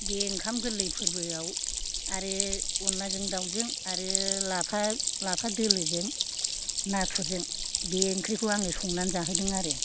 बे ओंखाम गोरलै फोरबोआव आरो अनलाजों दावजों आरो लाफा लाफा दोलो जों नाथुर जों बे ओंख्रिखौ आङो संनानै जाहोदों आरो